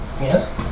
Yes